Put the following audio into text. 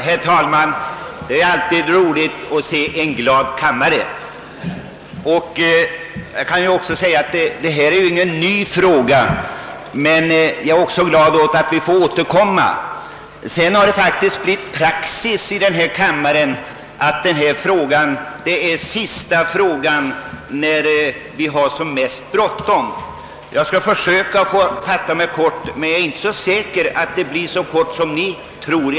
Herr talman! Det är alltid roligt att se en glad kammare. Detta är ingen ny fråga, men jag är är glad åt att få återkomma. Det har faktiskt blivit praxis i denna kammare att den här frågan är den sista på föredragningslistan, och den tas upp när vi har som mest bråttom. Jag skall försöka att fatta mig kort men är inte så säker på att det bli så kort som ni tror.